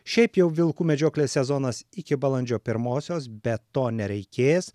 šiaip jau vilkų medžioklės sezonas iki balandžio pirmosios bet to nereikės